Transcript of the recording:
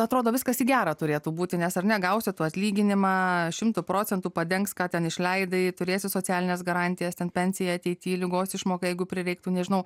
atrodo viskas į gerą turėtų būti nes ar negausite atlyginimą šimtu procentų padengs ką ten išleidai turėsi socialines garantijas ten pensija ateityje ligos išmoka jeigu prireiktų nežinau